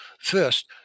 First